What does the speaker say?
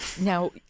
Now